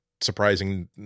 surprising